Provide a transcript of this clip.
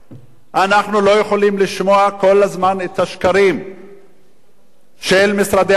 אנחנו לא יכולים לשמוע כל הזמן את השקרים של משרדי הממשלה.